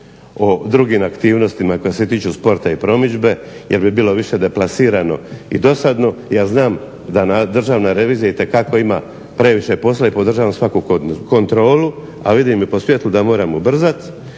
o drugim aktivnostima koja se tiču sporta i promidžbe jer bi bilo više deplasirano i dosadno. Ja znam da Državna revizija itekako ima previše posla i podržavam svaku kontrolu, a vidim po svjetlu da moramo ubrzati.